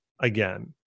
again